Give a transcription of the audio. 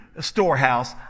storehouse